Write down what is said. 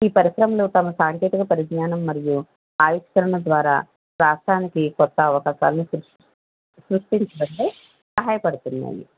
ఈ పరిశ్రమలు తమ సాంకేతిక పరిజ్ఞానం మరియు ఆవిష్కరణల ద్వారా రాష్ట్రానికి కొత్త అవకాశాలను సృష్టిం సృష్టించడంలో సహాయపడుతున్నాయి